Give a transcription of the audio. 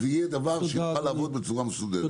זה יהיה דבר שיוכל לעבוד בצורה מסודרת.